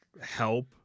help